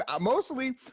Mostly